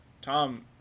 Tom